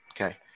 Okay